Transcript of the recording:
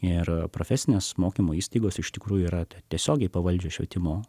ir profesinės mokymo įstaigos iš tikrųjų yra tiesiogiai pavaldžios švietimo